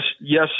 yes